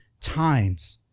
times